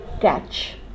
catch